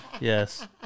yes